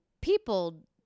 people